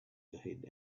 ahead